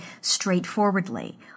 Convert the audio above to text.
straightforwardly